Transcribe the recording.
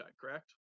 correct